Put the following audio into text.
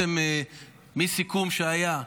מסיכום שהיה,